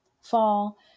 fall